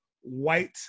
white